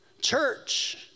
Church